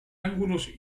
ángulos